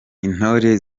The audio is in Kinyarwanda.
intore